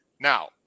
Now